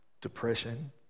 depression